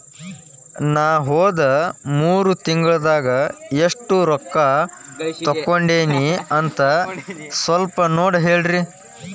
ನಾ ಹೋದ ಮೂರು ತಿಂಗಳದಾಗ ಎಷ್ಟು ರೊಕ್ಕಾ ತಕ್ಕೊಂಡೇನಿ ಅಂತ ಸಲ್ಪ ನೋಡ ಹೇಳ್ರಿ